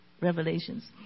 revelations